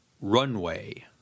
runway